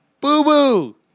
Boo-boo